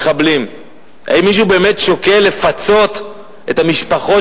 המדינה לפצות משפחות